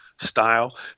style